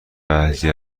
بعضی